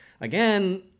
again